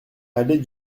allée